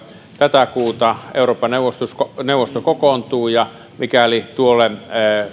tätä kuuta euroopan neuvosto neuvosto kokoontuu ja mikäli tuolle